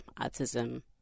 autism